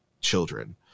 children